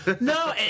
No